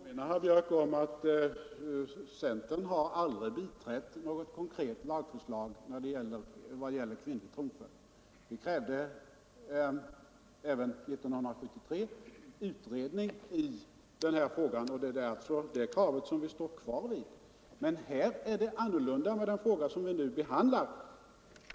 Herr talman! Jag vill påminna herr Björck i Nässjö om att centern aldrig har biträtt något konkret lagförslag i vad gäller kvinnlig tronföljd. Vi krävde även 1973 utredning i denna fråga, och det är det kravet som vi står kvar vid. Men det är annorlunda med den fråga som vi nu behandlar.